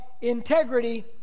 integrity